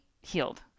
healed